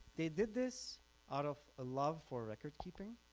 they did this out of ah love for record-keeping,